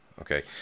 Okay